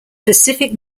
pacific